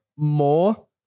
More